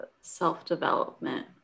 self-development